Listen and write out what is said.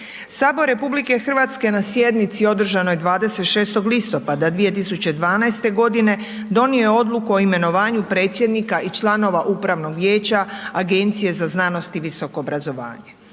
Sabor RH na sjednici održanoj 26. listopada 2012. g. donio je odluku o imenovanju predsjednika i članova upravnog vijeća, Agencije za znanost i visoko obrazovanje.